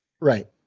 Right